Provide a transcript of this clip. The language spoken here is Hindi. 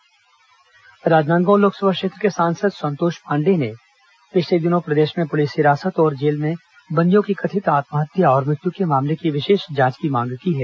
लोकसभा संतोष पांडेय राजनांदगांव लोकसभा क्षेत्र के सांसद संतोष पांडेय ने पिछले दिनों प्रदेश में पुलिस हिरासत और जेल में बंदियों की कथित आत्महत्या और मृत्यु के मामले की विशेष जांच की मांग की है